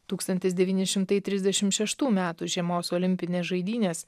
tūkstantis devyni šimtai trisdešim šeštų metų žiemos olimpinės žaidynės